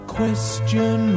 question